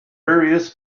various